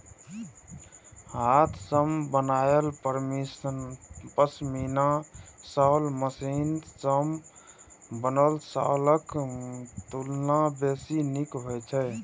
हाथ सं बनायल पश्मीना शॉल मशीन सं बनल शॉलक तुलना बेसी नीक होइ छै